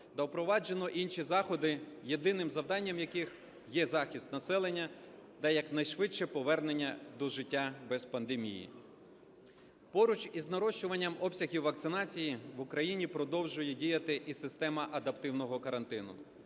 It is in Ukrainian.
впроваджено інші заходи, єдиним завданням яких є захист населення та якнайшвидше повернення до життя без пандемії. Поруч із нарощуванням обсягів вакцинації в Україні продовжує діяти і система адаптивного карантину,